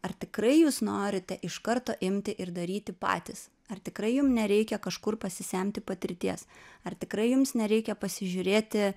ar tikrai jūs norite iš karto imti ir daryti patys ar tikrai jum nereikia kažkur pasisemti patirties ar tikrai jums nereikia pasižiūrėti